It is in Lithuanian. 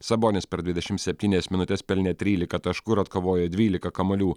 sabonis per dvidešimt septynias minutes pelnė trylika taškų ir atkovojo dvylika kamuolių